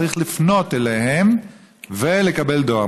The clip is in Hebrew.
צריך לפנות אליהם ולקבל דואר.